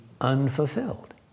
unfulfilled